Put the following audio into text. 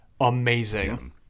amazing